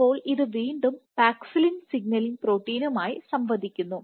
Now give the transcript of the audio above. അപ്പോൾ ഇത് വീണ്ടും പാക്സിലിൻസിഗ്നലിംഗ് പ്രോട്ടീനുമായി സംവദിക്കുന്നു